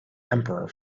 emperor